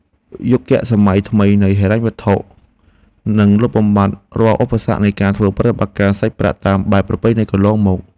យុគសម័យថ្មីនៃហិរញ្ញវត្ថុនឹងលុបបំបាត់រាល់ឧបសគ្គនៃការធ្វើប្រតិបត្តិការសាច់ប្រាក់តាមបែបប្រពៃណីកន្លងមក។